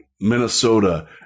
Minnesota